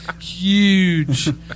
Huge